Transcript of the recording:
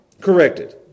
corrected